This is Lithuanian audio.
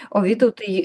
o vytautai